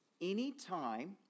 Anytime